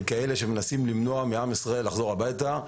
של אלה המנסים למנוע מעם ישראל לחזור הביתה.